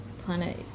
planet